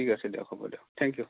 ঠিক আছে দিয়ক হ'ব দিয়ক থেংক ইউ